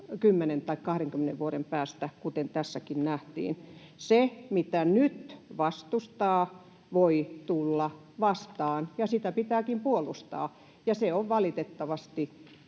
vuoden päästä, kuten tässäkin nähtiin. Se, mitä nyt vastustaa, voi tulla vastaan, ja sitä pitääkin puolustaa, ja se on valitettavasti